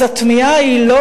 אז התמיהה היא לא,